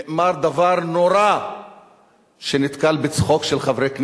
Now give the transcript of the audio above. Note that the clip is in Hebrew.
נאמר דבר נורא שנתקל בצחוק של חברי כנסת,